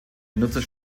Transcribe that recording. benutzer